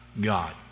God